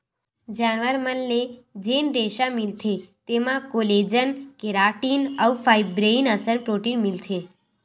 जानवर मन ले जेन रेसा मिलथे तेमा कोलेजन, केराटिन अउ फाइब्रोइन असन प्रोटीन मिलथे